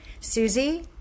susie